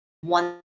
one